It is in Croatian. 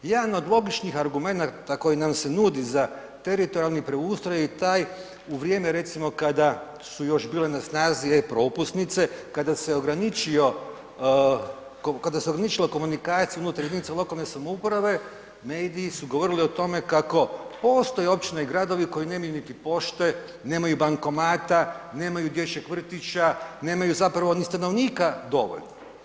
Jedan od logičnih argumenata koji nam se nudi za teritorijalni preustroj je i taj u vrijeme recimo kada su još bile na snazi e-propusnice, kada se ograničila komunikacija unutar jedinica lokalne samouprave, mediji su govorili o tome kako postoje općine i gradovi koji nemaju niti pošte, nemaju bankomata, nemaju dječjeg vrtića, nemaju zapravo ni stanovnika dovoljno.